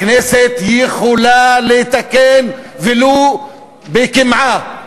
הכנסת יכולה לתקן, ולו קמעה,